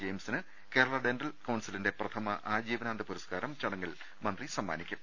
ജയിംസിന് Kerala dental കൌൺസിലിന്റെ പ്രഥമ ആജീവനാന്ത പുരസ്കാരം ചട ങ്ങിൽ മന്ത്രി സമ്മാനിക്കും